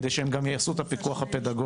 כדי שהם יעשו גם את הפיקוח הפדגוגי,